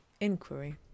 Inquiry